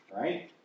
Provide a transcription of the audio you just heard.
right